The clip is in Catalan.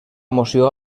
moció